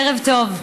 ערב טוב.